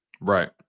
Right